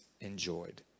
enjoyed